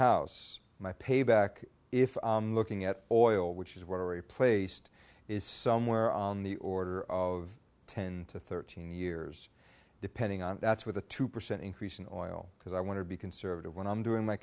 house my payback if looking at oil which is what i replaced is somewhere on the order of ten to thirteen years depending on that's with a two percent increase in oil because i want to be conservative when i'm doing my